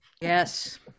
Yes